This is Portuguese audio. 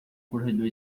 corredor